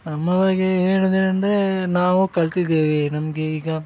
ನಮ್ಮವರಿಗೆ ಹೇಳೋದೇನೆಂದ್ರೆ ನಾವು ಕಲ್ತಿದ್ದೀವಿ ನಮಗೆ ಈಗ